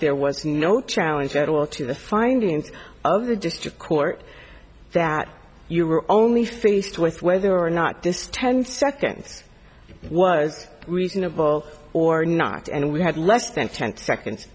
there was no challenge at all to the findings of the district court that you were only faced with whether or not this ten seconds was reasonable or not and we had less than ten seconds